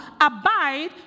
abide